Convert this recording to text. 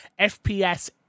FPS